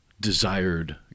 desired